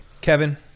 Kevin